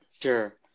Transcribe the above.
Sure